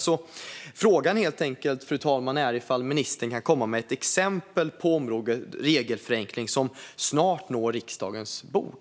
Min fråga, fru talman, är om ministern kan komma med ett exempel på något på området regelförenkling som snart når riksdagens bord.